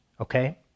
Okay